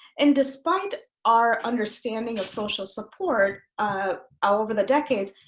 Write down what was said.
and despite our understanding of social support ah over the decades,